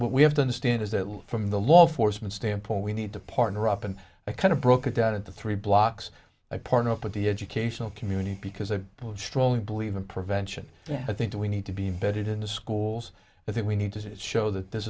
we have to understand is that from the law enforcement standpoint we need to partner up and i kind of broke it down into three blocks apart at the educational community because i strongly believe in prevention i think we need to be imbedded in the schools i think we need to show that this